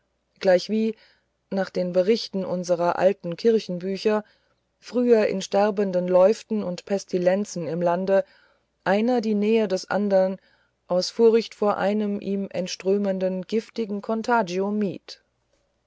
gleichwie nach den berichten unserer alten kirchenbücher früher in sterbenden läuften und pestilenz im lande einer die nähe des anderen aus furcht vor einem ihm entströmenden giftigen contagio mied